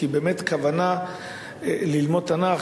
כי באמת כוונה ללמוד תנ"ך,